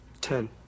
Ten